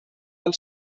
del